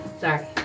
Sorry